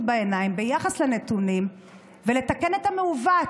בעיניים ביחס לנתונים ולתקן את המעוות,